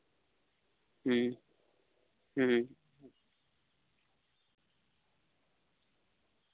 ᱦᱩᱸ ᱦᱩᱸ